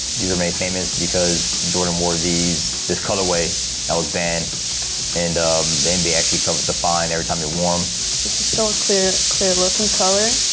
these were made famous because jordan wore these, this colorway that was banned and the nba actually covered the fine every time he wore them. um let's just go with clear clear look and color,